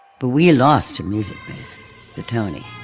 but we lost music to tony